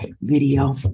video